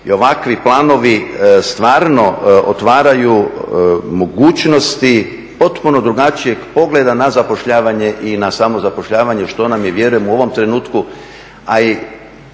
I ovakvi planovi stvarno otvaraju mogućnosti potpuno drugačijeg pogleda na zapošljavanje i na samozapošljavanje što nam je vjerujem u ovom trenutku